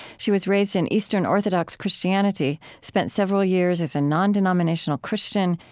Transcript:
she was raised in eastern orthodox christianity, spent several years as a nondenominational christian,